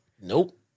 Nope